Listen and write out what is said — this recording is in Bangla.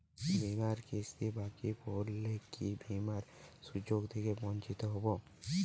বিমার কিস্তি বাকি পড়লে কি বিমার সুযোগ থেকে বঞ্চিত হবো?